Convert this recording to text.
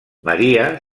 maria